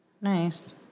Nice